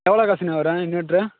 எவ்வளோ காசுண்ணே வரும் இன்வெட்ரு